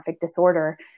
disorder